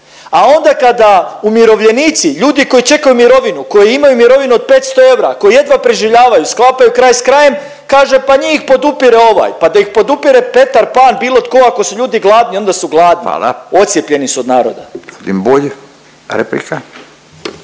A onda kada umirovljenici, ljudi koji čekaju mirovinu koji imaju mirovinu od 500 eura koji jedva preživljavaju, sklapaju kraj s krajem kaže pa njih podupire ovaj. Pa da ih podupire Petar Pan bilo tko, ako su ljudi gladni onda su gladni … …/Upadica Furio Radin: